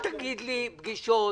אל תגיד לי: פגישות.